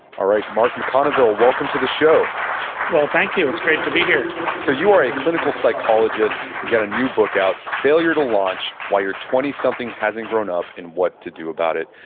alright, mark mcconville, welcome to the show well, thank you, it's great to be here so you are a clinical psychologist, you got a new book out, failure to launch why you're twentysomething hasn't grown up, and what to do about it.